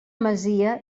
masia